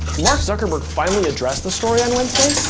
mark zuckerberg finally addressed the story on wednesday,